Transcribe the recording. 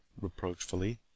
reproachfully